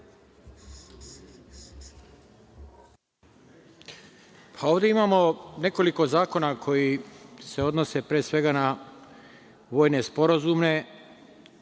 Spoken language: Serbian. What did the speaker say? Ovde imamo nekoliko zakona koji se odnose, pre svega, na vojne sporazume,